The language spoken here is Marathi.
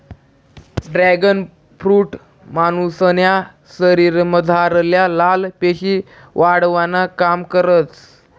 ड्रॅगन फ्रुट मानुसन्या शरीरमझारल्या लाल पेशी वाढावानं काम करस